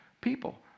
people